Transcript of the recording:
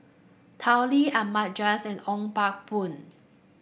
Tao Li Ahmad Jais and Ong Pang Boon